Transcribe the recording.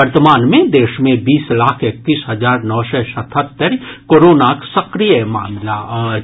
वर्तमान मे देश मे बीस लाख एकतीस हजार नओ सय सतहत्तरि कोरोनाक सक्रिय मामिला अछि